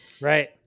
Right